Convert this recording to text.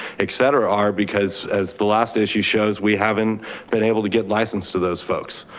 et cetera are because as the last issue shows, we haven't been able to get licensed to those folks.